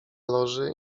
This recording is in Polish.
loży